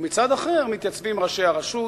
ומצד אחר, ראשי הרשות